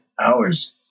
hours